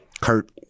Kurt